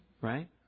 Right